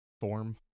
form